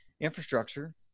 infrastructure